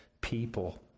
people